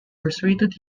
persuaded